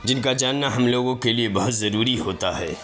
جن کا جاننا ہم لوگوں کے لیے بہت ضروری ہوتا ہے